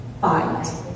fight